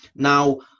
Now